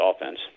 offense